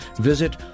visit